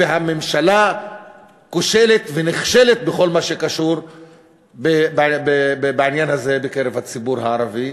והממשלה כושלת ונכשלת בכל מה שקשור בעניין הזה בקרב הציבור הערבי.